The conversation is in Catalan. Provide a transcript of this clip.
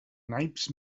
naips